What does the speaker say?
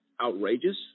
outrageous